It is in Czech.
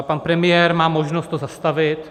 Pan premiér má možnost to zastavit.